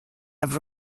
have